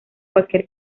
cualquier